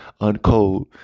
uncode